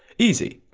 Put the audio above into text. easy!